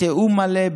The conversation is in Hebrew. בתיאום מלא,